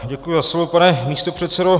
Děkuji za slovo, pane místopředsedo.